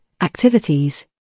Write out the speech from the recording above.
activities